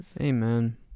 Amen